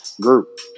group